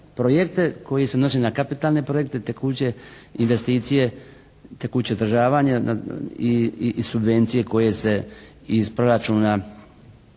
projekte koji se odnose na kapitalne projekte te kuće, investicije, te kuće održavanja i subvencije koje se iz proračuna